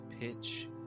pitch